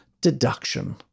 deduction